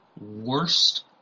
worst